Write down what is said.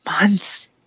months